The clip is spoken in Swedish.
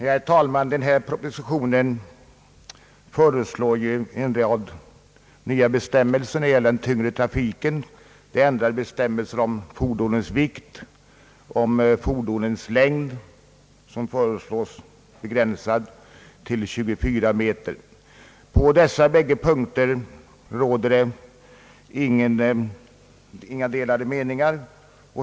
Herr talman! Denna proposition innehåller förslag om en rad nya bestämmelser när det gäller den tyngre trafiken, såsom ändrade bestämmelser om fordons vikt samt om fordons längd, som föreslås begränsad till 24 meter. På dessa båda punkter råder inga de lade meningar.